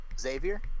xavier